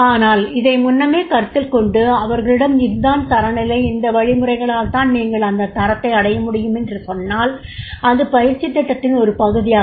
ஆனால் இதை முன்னமே கருத்தில் கொண்டு அவர்களிடம் இதுதான் தரநிலை இந்த வழிமுறைகளால் நீங்கள் அந்த தரத்தை அடைய முடியும் என்று சொன்னால் அது பயிற்சித் திட்டத்தின் ஒரு பகுதியாகும்